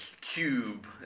cube